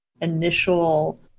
initial